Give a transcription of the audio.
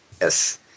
Yes